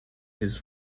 his